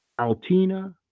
Altina